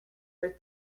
for